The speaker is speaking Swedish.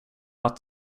att